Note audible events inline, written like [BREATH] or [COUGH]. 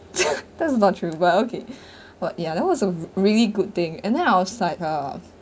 [NOISE] that is not true but okay [BREATH] what ya that was a really good thing and then I was like uh